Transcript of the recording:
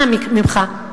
אנא ממך,